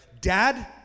Dad